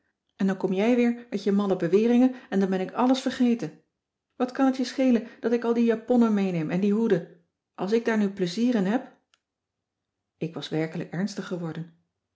en dan kom je weer met je malle beweringen en dan ben ik alles vergeten wat kan het je schelen dat ik al die japonnen meeneem en die hoeden als ik daar nu plezier in heb ik was werkelijk ernstig geworden